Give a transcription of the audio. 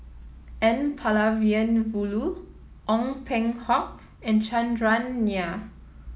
N Ong Peng Hock and Chandran Nair